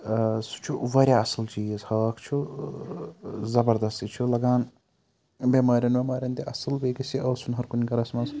سُہ چھُ واریاہ اَصٕل چیٖز ہاکھ چھُ زَبردست چھُ لَگان بٮ۪مارٮ۪ن وٮ۪مارٮ۪ن تہِ اَصٕل بیٚیہِ گَژھِ یہِ آسُن ہر کُنہِ گَرَس منٛز